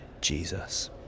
Jesus